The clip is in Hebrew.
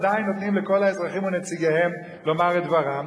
עדיין נותנים לכל האזרחים ונציגיהם לומר את דברם,